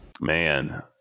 Man